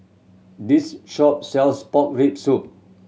this shop sells pork rib soup